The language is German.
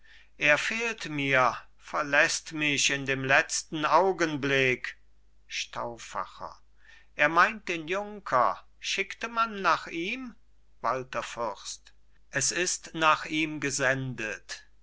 er fehlt mir verlässt mich in dem letzten augenblick stauffacher er meint den junker schickte man nach ihm walther fürst es ist nach ihm gesendet